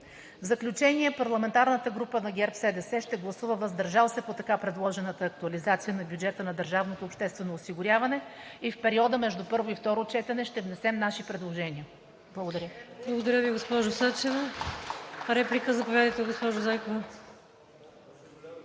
В заключение, парламентарната група на ГЕРБ-СДС ще гласува въздържал се по така предложената актуализация на бюджета на държавното обществено осигуряване и в периода между първо и второ четене ще внесем наши предложения. Благодаря.